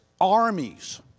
armies